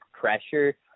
pressure